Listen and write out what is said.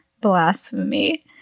blasphemy